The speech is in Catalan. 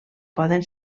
poden